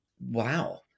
wow